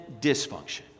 dysfunction